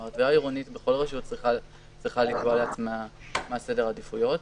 התביעה העירונית בכל הרשויות צריכה לקבוע לעצמה מה סדר העדיפויות.